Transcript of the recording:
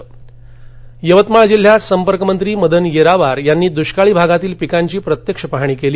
यवतमाळ यवतमाळ जिल्ह्यात संपर्कमंत्री मदन येरावार यांनी दुष्काळी भागातील पिकांची प्रत्यक्ष पाहणी केली